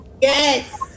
Yes